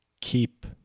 keep